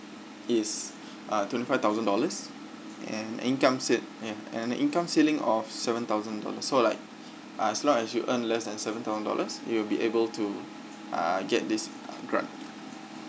is uh twenty five thousand dollars and income cei~ ya and the income ceiling of seven thousand dollars so like uh as long as you earn less than seven thousand dollars you will be able to uh get this grant